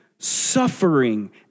suffering